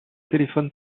téléphone